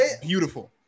beautiful